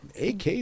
AK